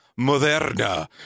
moderna